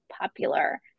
popular